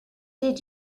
did